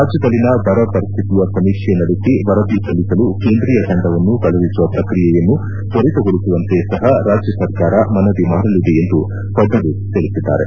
ರಾಜ್ಲದಲ್ಲಿನ ಬರ ಪರಿಸ್ಥಿತಿಯ ಸಮೀಕ್ಷೆ ನಡೆಸಿ ವರದಿ ಸಲ್ಲಿಸಲು ಕೇಂದ್ರೀಯ ತಂಡವನ್ನು ಕಳುಹಿಸುವ ಪ್ರಕ್ರಿಯೆಯನ್ನು ತ್ಸರಿತಗೊಳಿಸುವಂತೆ ಸಹ ರಾಜ್ಯ ಸರ್ಕಾರ ಮನವಿ ಮಾಡಲಿದೆ ಎಂದು ಫಡ್ನವಿಸ್ ತಿಳಿಸಿದ್ದಾರೆ